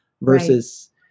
versus